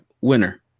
winner